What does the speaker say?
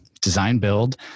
design-build